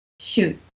Shoot